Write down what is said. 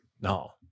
No